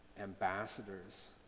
ambassadors